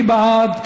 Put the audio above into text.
מי בעד?